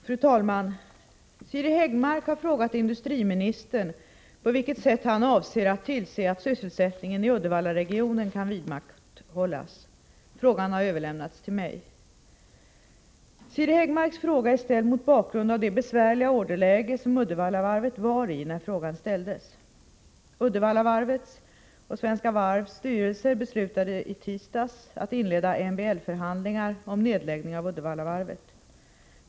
Fru talman! Siri Häggmark har frågat industriministern på vilket sätt han avser att tillse att sysselsättningen i Uddevallaregionen kan vidmakthållas. Frågan har överlämnats till mig. Siri Häggmarks fråga är ställd mot bakgrund av det besvärliga orderläge som Uddevallavarvet var i när frågan ställdes. Uddevallavarvets och Svenska Varvs styrelser beslutade i tisdags att inleda MBL-förhandlingar om nedläggning av Uddevallavarvet.